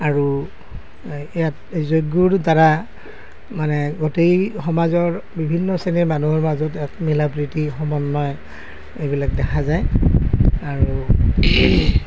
আৰু ইয়াত যজ্ঞৰ দ্বাৰা মানে গোটেই সমাজৰ বিভিন্ন শ্ৰেণীৰ মানুহৰ মাজত এক মিলা প্ৰীতি সমন্বয় এইবিলাক দেখা যায় আৰু